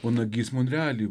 o nagys monrealy